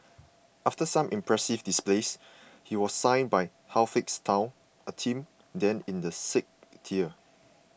after some impressive displays he was signed by Halifax town a team then in the sixth tier